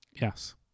Yes